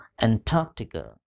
Antarctica